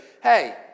hey